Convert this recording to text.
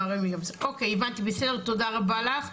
אוקיי הבנתי, בסדר, תודה רבה לך.